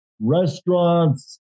restaurants